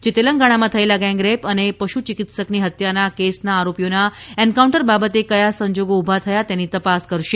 જે તેલંગણામાં થયેલા ગેંગરેપ અને પશુચિકિત્સકની હત્યાના કેસના આરોપીઓના એન્કાઉંટર બાબતે કયા સંજોગો ઉભા થયા તેની તપાસ કરશે